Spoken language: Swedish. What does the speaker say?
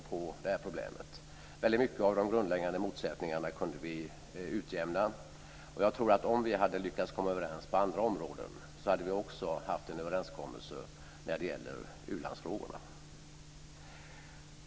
Och det är mycket glädjande. Väldigt mycket av de grundläggande motsättningarna kunde vi utjämna. Jag tror att om vi hade lyckats komma överens på andra områden, hade vi också haft en överenskommelse när det gäller u-landsfrågorna.